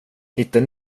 hittade